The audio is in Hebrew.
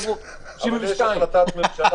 אמרו: 72. יש החלטת ממשלה